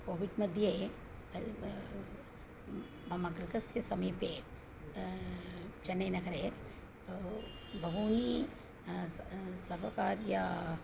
कोविड्मध्ये वेल् मम गृहस्य समीपे चन्नैनगरे बहूनि सर्वकारीयाः